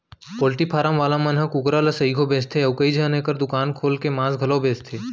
poultry farm वाला मन ह कुकरा ल सइघो बेचथें अउ कइझन एकर दुकान खोल के मांस घलौ बेचथें